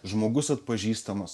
žmogus atpažįstamas